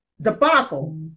debacle